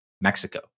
Mexico